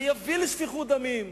זה יביא לשפיכות דמים.